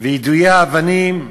ויידויי האבנים,